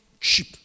cheap